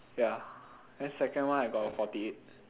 ya then second one I got forty eight